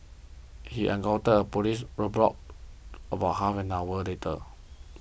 he encountered a police roadblock about half an hour later